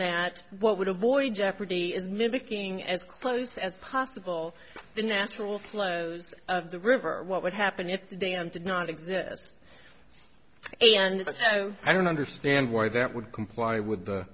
that what would avoid jeopardy is mimicking as close as possible the natural flows of the river what would happen if they did not exist and so i don't understand why that would comply with the